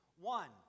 One